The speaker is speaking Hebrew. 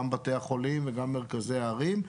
גם בתי החולים וגם מרכזי הערים.